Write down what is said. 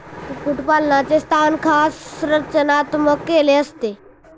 कुक्कुटपालनाचे स्थान खास रचनात्मक केलेले असते